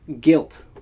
guilt